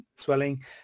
swelling